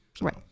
right